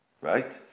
right